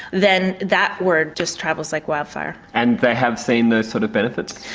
then that word just travels like wildfire. and they have seen those sort of benefits?